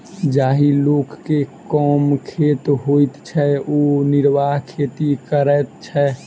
जाहि लोक के कम खेत होइत छै ओ निर्वाह खेती करैत छै